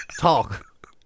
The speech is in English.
talk